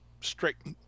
strict